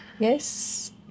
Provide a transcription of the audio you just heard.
Yes